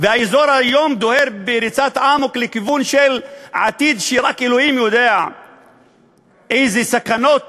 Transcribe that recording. והאזור היום דוהר בריצת אמוק לכיוון עתיד שרק אלוהים יודע איזה סכנות